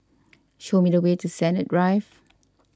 show me the way to Sennett Drive